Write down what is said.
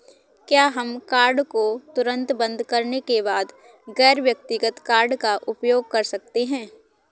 क्या हम कार्ड को तुरंत बंद करने के बाद गैर व्यक्तिगत कार्ड का उपयोग कर सकते हैं?